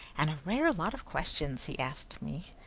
and a rare lot of questions he asked me.